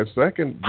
second